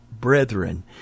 brethren